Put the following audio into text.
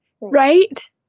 Right